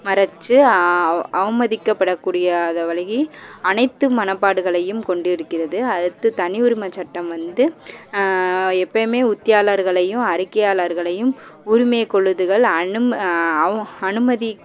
மறைச்சி அவமதிக்கப்பட கூடியாத வலிக்கு அனைத்து மனப்பாடுகளையும் கொண்டிருக்கிறது அடுத்து தனி உரிமை சட்டம் வந்து எப்போயுமே உத்தியாளர்களையும் அறிக்கையாளர்களையும் உரிமை குலுதுகள் அனும அவ அனுமதி